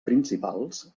principals